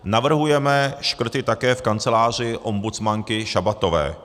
Navrhujeme škrty také v kanceláři ombudsmanky Šabatové.